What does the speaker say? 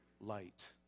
light